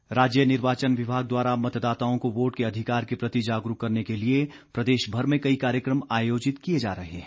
SVEEP कार्यक्रम राज्य निर्वाचन विभाग द्वारा मतदाताओं को वोट के अधिकार के प्रति जागरूक करने के लिए प्रदेश भर में कई कार्यक्रम आयोजित किए जा रहे हैं